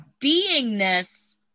beingness